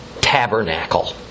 Tabernacle